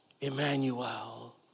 Emmanuel